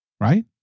right